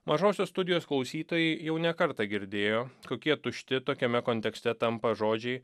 mažosios studijos klausytojai jau ne kartą girdėjo kokie tušti tokiame kontekste tampa žodžiai